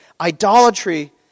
Idolatry